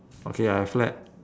okay I have flat